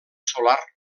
solar